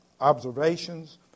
observations